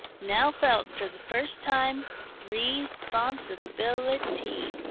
now felt for the first time re-sponsi-bil-ity.